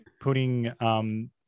putting –